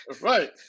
Right